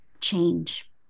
change